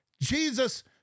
Jesus